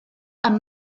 amb